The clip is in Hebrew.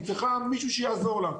היא צריכה מישהו שיעזור לה.